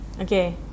Okay